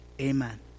Amen